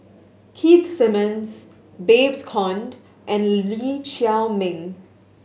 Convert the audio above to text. Keith Simmons Babes Conde and Lee Chiaw Meng